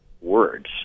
words